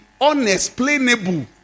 unexplainable